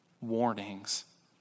warnings